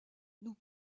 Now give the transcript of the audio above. nous